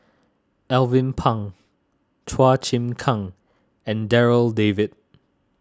Alvin Pang Chua Chim Kang and Darryl David